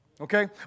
Okay